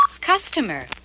Customer